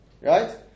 right